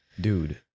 Dude